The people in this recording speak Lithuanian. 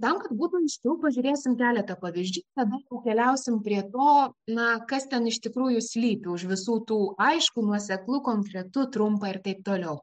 tam kad būtų aiškiau pažiūrėsime keletą pavyzdžių tuomet nukeliausim prie to na kas ten iš tikrųjų slypi už visų tų aišku nuoseklu konkretu trumpa ir taip toliau